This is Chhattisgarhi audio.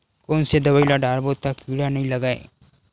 कोन से दवाई ल डारबो त कीड़ा नहीं लगय?